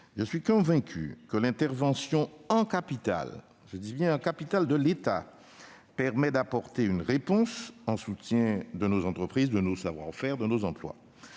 je suis convaincu que l'intervention en capital de l'État- je dis bien en capital -permet d'apporter une réponse, en soutien de nos entreprises, de nos savoir-faire et de nos emplois.